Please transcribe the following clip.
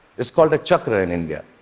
it's called a chakra in india,